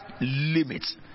limits